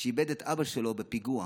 שאיבד את אבא שלו בפיגוע.